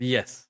Yes